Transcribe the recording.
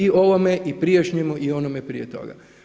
I ovome i prijašnjemu i onome prije toga.